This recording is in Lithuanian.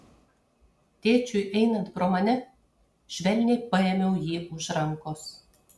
tėčiui einant pro mane švelniai paėmiau jį už rankos